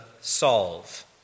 solve